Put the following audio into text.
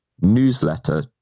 newsletter